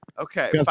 Okay